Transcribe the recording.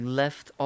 left